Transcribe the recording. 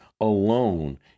alone